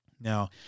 Now